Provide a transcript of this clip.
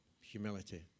humility